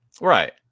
right